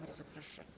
Bardzo proszę.